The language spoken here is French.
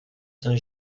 saint